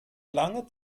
lange